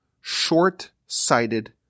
short-sighted